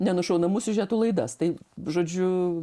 nenušaunamų siužetų laidas tai žodžiu